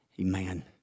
Amen